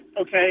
Okay